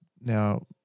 Now